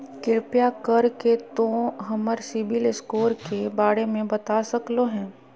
कृपया कर के तों हमर सिबिल स्कोर के बारे में बता सकलो हें?